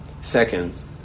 seconds